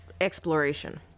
exploration